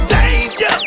Danger